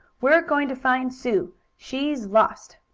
we're going to find sue she's lost!